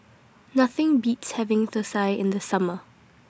Nothing Beats having Thosai in The Summer